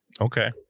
Okay